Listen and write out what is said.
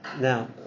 Now